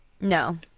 no